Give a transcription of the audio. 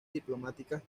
diplomáticas